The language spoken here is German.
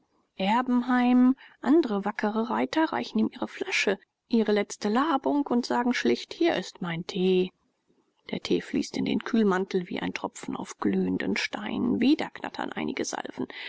andre wackre reiter reichen ihm ihre flasche ihre letzte labung und sagen schlicht hier ist mein tee der tee fließt in den kühlmantel wie ein tropfen auf glühenden stein wieder knattern einige salven